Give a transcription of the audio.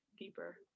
deeper